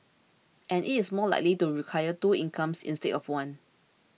and it is more likely to require two incomes instead of one